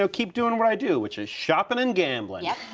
so keep doing what i do, which is shoppin' and gamblin'. yep.